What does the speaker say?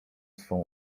swą